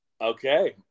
Okay